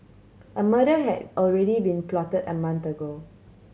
a murder had already been plotted a month ago